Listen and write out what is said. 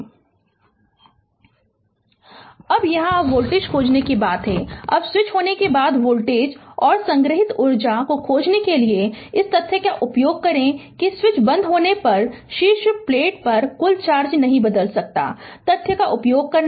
Refer slide time 2337 अब यहाँ अब वोल्टेज खोजने की बात है अब स्विच बंद होने के बाद वोल्टेज और संग्रहीत ऊर्जा को खोजने के लिए इस तथ्य का उपयोग करें कि स्विच बंद होने पर शीर्ष प्लेट पर कुल चार्ज नहीं बदल सकता है तथ्य का उपयोग करना है